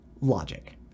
logic